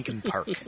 Park